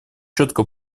четко